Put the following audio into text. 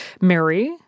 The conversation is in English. Mary